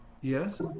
Yes